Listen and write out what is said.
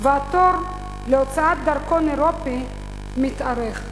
והתור להוצאת דרכון אירופי מתארך,